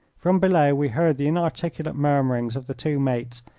from below we heard the inarticulate murmurings of the two mates,